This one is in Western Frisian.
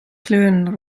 kleuren